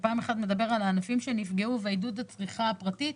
שמדבר על הענפים שנפגעו ועל עידוד הצריכה הפרטית.